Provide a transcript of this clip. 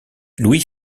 louis